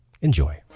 Enjoy